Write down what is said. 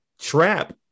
trap